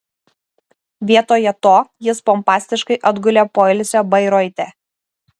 vietoje to jis pompastiškai atgulė poilsio bairoite